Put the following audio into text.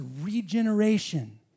regeneration